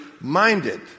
minded